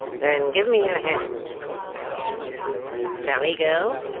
then give me your hand retorted quilp. sally, girl,